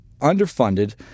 underfunded